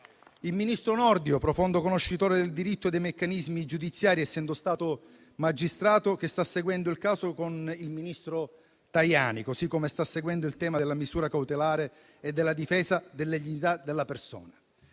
il ministro Nordio, profondo conoscitore del diritto e dei meccanismi giudiziari, essendo stato magistrato, che sta seguendo il caso con il ministro Tajani, così come sta seguendo il tema della misura cautelare e della difesa della dignità della persona.